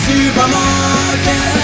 Supermarket